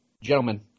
Gentlemen